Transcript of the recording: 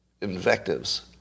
invectives